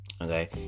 Okay